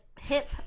hip